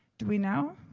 do we know?